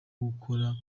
gukora